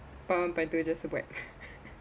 point one point two is just a whack